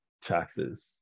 taxes